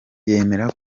yemera